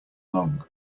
long